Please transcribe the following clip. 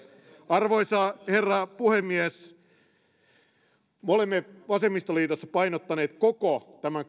arvoisa herra puhemies me olemme vasemmistoliitossa painottaneet koko tämän